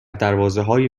دروازههای